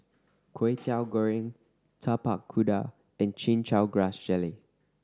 Kwetiau Goreng Tapak Kuda and Chin Chow Grass Jelly